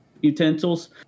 utensils